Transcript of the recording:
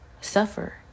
suffer